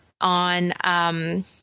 on –